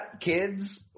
kids